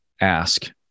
ask